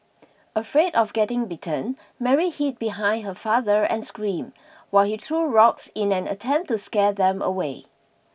afraid of getting bitten Mary hid behind her father and screamed while he threw rocks in an attempt to scare them away